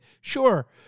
Sure